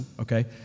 okay